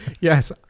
Yes